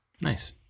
Nice